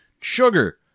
Sugar